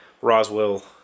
Roswell